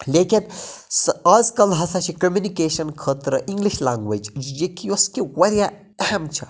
لیکِن سُہ آزکَل ہَسا چھِ کٔمنِکیٚشَن خٲطرٕ اِنگلِش لینگویٚج یہِ کہِ یۄس کہِ واریاہ اہم چھےٚ